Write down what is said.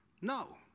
No